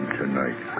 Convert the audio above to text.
tonight